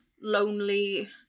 lonely